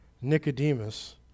Nicodemus